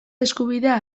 eskubidea